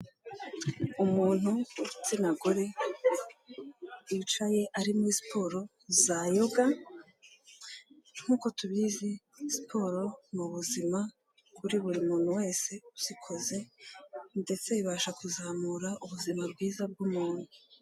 Umuntu w'igitsina gore, yicaye ari muri siporo za yoga, nkuko tubizi siporo ni ubuzima kuri buri muntu wese uzikoze, ndetse bibasha kuzamura ubuzima bwiza bw'umuntu.